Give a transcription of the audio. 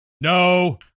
No